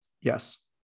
Yes